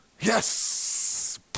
Yes